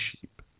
sheep